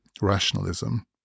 rationalism